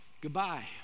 goodbye